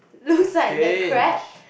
looks like the crab